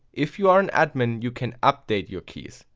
if you are an admin you can update your keys.